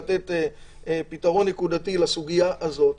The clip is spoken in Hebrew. לתת פתרון נקודתי לסוגיה הזאת,